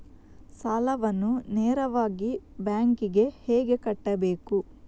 ಸಾಲವನ್ನು ನೇರವಾಗಿ ಬ್ಯಾಂಕ್ ಗೆ ಹೇಗೆ ಕಟ್ಟಬೇಕು?